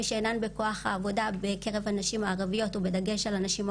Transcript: מי שאינן בכוח העבודה בקרב הנשים הערביות ובדגש על הנשים הבדואיות,